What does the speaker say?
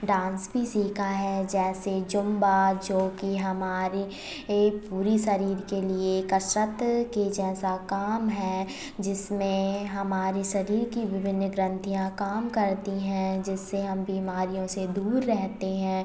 dance भी सीखा है जैसे जुम्बा जोकि हमारे एक पूरे शरीर के लिए कसरत के जैसा काम है जिसमें हमारी शरीर की विभिन्न ग्रन्थियाँ काम करती हैं जिससे हम बीमारियों से दूर रहते हैं